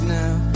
now